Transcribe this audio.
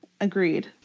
Agreed